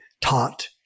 taught